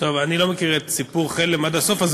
אני לא מכיר את סיפור חלם עד הסוף,